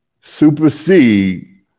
supersede